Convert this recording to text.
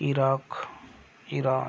Iraq Iran